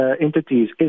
entities